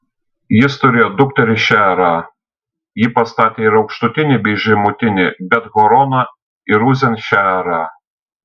jis turėjo dukterį šeerą ji pastatė ir aukštutinį bei žemutinį bet horoną ir uzen šeerą